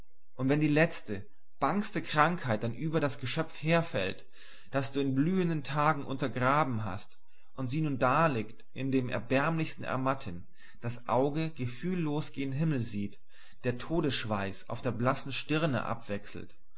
und wenn die letzte bangste krankheit dann über das geschöpf herfällt das du in blühenden tagen untergraben hast und sie nun daliegt in dem erbärmlichsten ermatten das auge gefühllos gen himmel sieht der todesschweiß auf der blassen stirne abwechselt